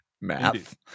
Math